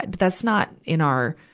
but that's not in our,